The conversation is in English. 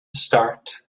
start